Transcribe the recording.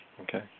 Okay